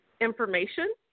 information